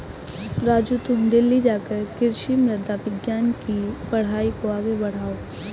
राजू तुम दिल्ली जाकर कृषि मृदा विज्ञान के पढ़ाई को आगे बढ़ाओ